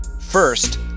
First